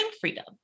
freedom